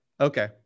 Okay